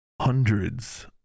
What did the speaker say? hundreds